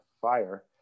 fire